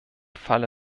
falle